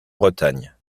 bretagne